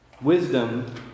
Wisdom